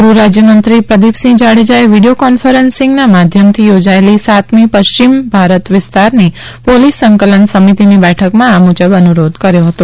ગૃહરાજ્યમંત્રી પ્રદીપસિંહ જાડેજાએ video conferencing માધ્યમથી યોજાયેલી સાતમી પશ્ચિમ ભારત વિસ્તારની પોલીસ સંકલન સમિતીની બેઠકમાં આ મુજબ અનુરોધ કર્યો હતો